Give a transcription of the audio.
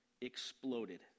exploded